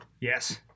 Yes